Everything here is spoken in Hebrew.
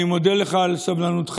אני מודה לך על סבלנותך.